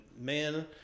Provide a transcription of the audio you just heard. man